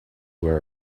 were